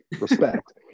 respect